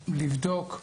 לבדוק.